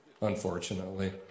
unfortunately